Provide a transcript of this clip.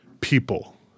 people